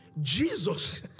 Jesus